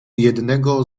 jednego